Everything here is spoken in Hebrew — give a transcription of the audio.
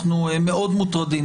אנחנו מאוד מוטרדים.